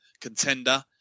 contender